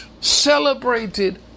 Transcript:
celebrated